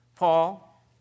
Paul